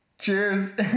Cheers